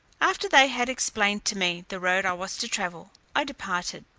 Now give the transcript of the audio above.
after they had explained to me the road i was to travel, i departed.